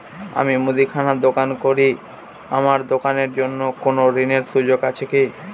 আমি মুদির দোকান করি আমার দোকানের জন্য কোন ঋণের সুযোগ আছে কি?